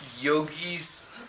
yogis